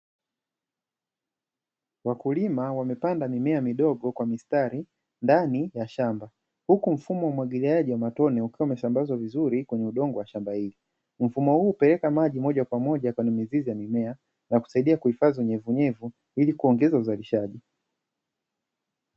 Wakulima wamepanda mimea midogo kwa mistari ndani ya shamba, huku mfumo wa umwagiliaji wa matone ukiwa umesambazwa vizuri kwenye udongo wa shamba hilo. Mfumo huu hupeleka maji moja kwa moja kwenye mizizi ya mimea, na kusaidia kuhifadhi unyevuunyevu ili kuongeza uzalishaji.